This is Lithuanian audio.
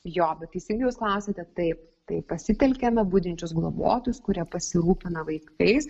jo bet teisingai jūs klausiate taip tai pasitelkiame budinčius globotojus kurie pasirūpina vaikais